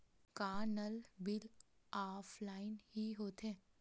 का नल bill offline हि होथे?